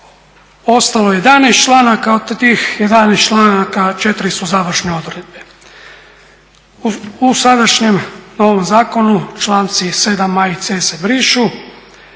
ostalo je 11. članaka, od tih 11. članaka 4. su završne odredbe. U sadašnjem ovom zakonu članici 7.a i 7.c se brišu,